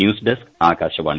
news desk Akashvani